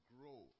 grow